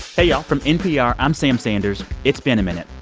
hey, y'all. from npr, i'm sam sanders. it's been a minute.